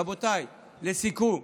רבותיי, לסיכום,